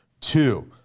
two